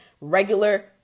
regular